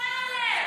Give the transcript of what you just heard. שאחראי להם?